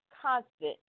constant